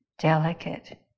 delicate